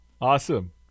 awesome